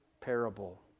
parable